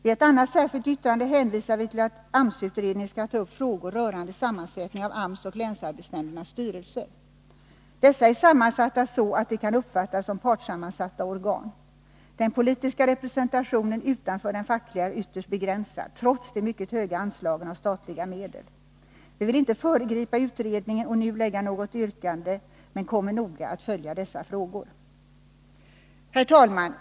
I ett annat särskilt yttrande hänvisar vi till att AMS-utredningen skall ta upp frågor rörande sammansättningen av AMS och länsarbetsnämndernas styrelser. Dessa är sammansatta så att de kan uppfattas som partssammansatta organ. Den politiska representationen utanför den fackliga är ytterst begränsad, trots de mycket höga anslagen av statliga medel. Vi vill inte föregripa utredningen och nu lägga fram något yrkande, men vi kommer noga att följa dessa frågor. Herr talman!